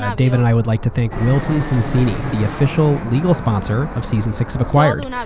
ah dave and i would like to thank wilson sonsini the official legal sponsor of season six of acquired.